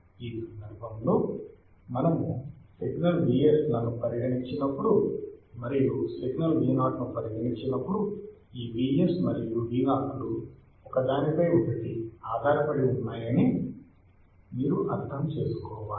ఈ సందర్భంలో మనము సిగ్నల్ Vs లను పరిగణించినప్పుడు మరియు సిగ్నల్ Vo ను పరిగణించినప్పుడు ఈ Vs మరియు Vo లు ఒకదానిపై ఒకటి ఆధారపది ఉన్నాయని మీరుము అర్థం చేసుకోవాలి